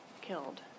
killed